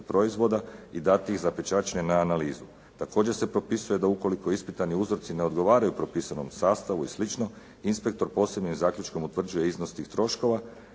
proizvoda i dati ih zapečaćenje i na analizu. Također se propisuje da ukoliko ispitani uzorci ne odgovaraju propisanom sastavu i slično, inspektor posljednjim zaključkom utvrđuje iznos tih troškova